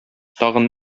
тагын